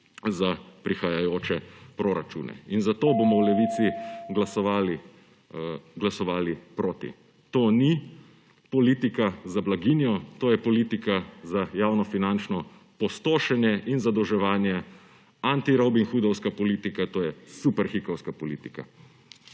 za prihajajoče proračune. Zato bomo v Levici glasovali proti. To ni politika za blaginjo, to je politika za javnofinančno pustošenje in zadolževanje, antirobinhoodovska politika, to je superhikovska politika.